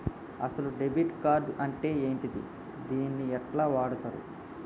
అసలు debit card అంటే ఏంటిది? దీన్ని ఎట్ల వాడుతరు?